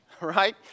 Right